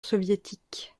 soviétique